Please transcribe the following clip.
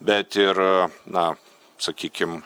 bet ir na sakykim